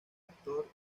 actor